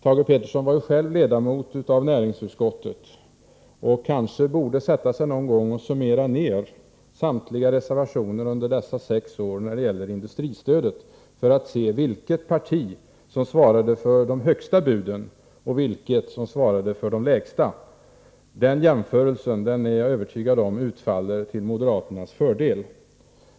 Thage Peterson var själv ledamot av näringsutskottet och borde kanske någon gång sätta sig och summera ner samtliga reservationer under dessa sex år när det gäller industristödet, för att se vilket parti som svarade för de högsta buden och vilket som svarade för de lägsta. Den jämförelsen utfaller, det är jag övertygad om, till moderaternas fördel.